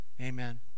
Amen